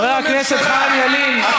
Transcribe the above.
חבר הכנסת חיים ילין.